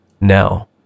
Now